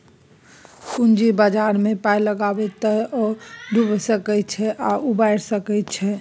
पूंजी बाजारमे पाय लगायब तए ओ डुबियो सकैत छै आ उबारियौ सकैत छै